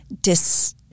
dis